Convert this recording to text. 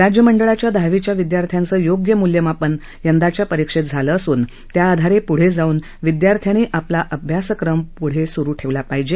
राज्य मंडळाच्या दहावीच्या विद्यार्थ्यांचे योग्य मूल्यमापन यंदाच्या परीक्षेत झालं असून त्याआधारे पुढे जाऊन विदयार्थ्यांनी आपला अभ्यासक्रम पुढे सुरु ठेवला पाहीजे